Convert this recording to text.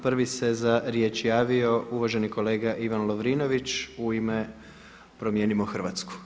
Prvi se za riječ javio uvaženi kolega Ivan Lovrinović u ime Promijenimo Hrvatsku.